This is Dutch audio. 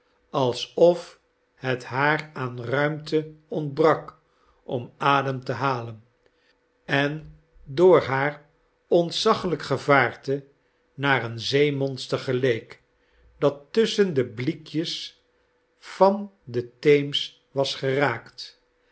alsof het haar aan ruimte ontbrak om adern te halen en door haar ontzaglijk gevaarte naar een zeemonster geleek dat tusschen de bliekjes van den teems was geraakt